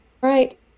right